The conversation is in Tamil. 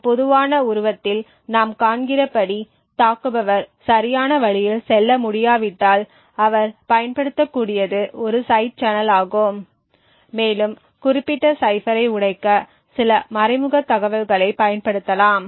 இந்த பொதுவான உருவத்தில் நாம் காண்கிறபடி தாக்குபவர் சரியான வழியில் செல்ல முடியாவிட்டால் அவர் பயன்படுத்தக்கூடியது ஒரு சைடு சேனலாகும் மேலும் குறிப்பிட்ட சைபரை உடைக்க சில மறைமுக தகவல்களைப் பயன்படுத்தலாம்